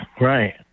right